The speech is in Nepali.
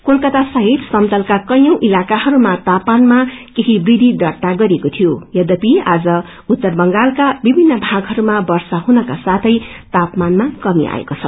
क्रेलकाता सहित समतलका कैयौं इलाकाहरूमा तापामानमा थोड़ै वृद्धि दार्ता गरिएको थियो तर आज उत्तर बंगालका विभिन्न भागहरूमा वर्षा हुनका साथै तापमानमा कमी आएको छ